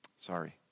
Sorry